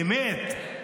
אמת.